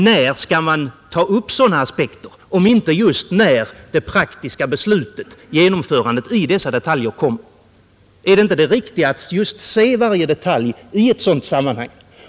När skall sådana aspekter tas upp om inte just när det praktiska beslutet om genomförandet av dessa detaljer skall fattas? Är det inte riktigt att se varje detalj just i ett sådant sammanhang?